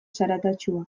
zaratatsuak